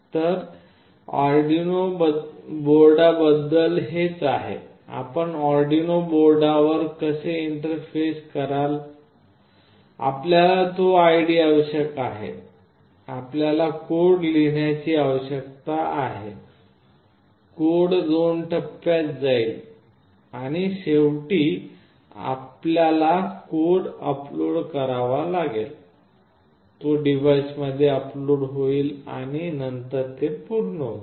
तर या आर्डिनो बोर्डाबद्दल हेच आहे आपण आर्डिनो बोर्डवर कसे इंटरफेस कराल आपल्याला तो ID आवश्यक आहे आपल्याला कोड लिहिण्याची आवश्यकता आहे कोड दोन टप्प्यात जाईल आणि शेवटी आपल्याला कोड अपलोड करावा लागेल तो डिव्हाइसमध्ये अपलोड होईल आणि नंतर ते पूर्ण होईल